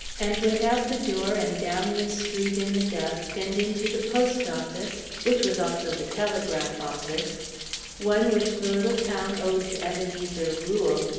and went out the door and down the street in the dusk, and into the post office, which was also the telegraph office one which the little town owed to ebenezer rule,